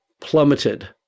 plummeted